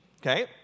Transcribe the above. okay